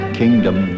kingdom